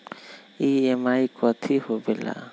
EMI कथी होवेले?